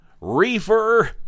reefer